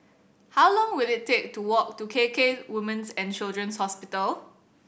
how long will it take to walk to K K Women's And Children's Hospital